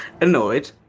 annoyed